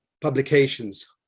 publications